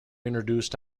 introduced